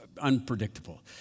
unpredictable